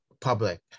public